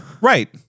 Right